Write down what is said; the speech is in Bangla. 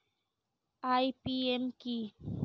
আই.পি.এম কি?